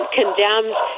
condemned